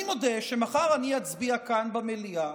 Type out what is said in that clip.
אני מודה שמחר אני אצביע כאן במליאה